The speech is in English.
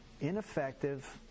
ineffective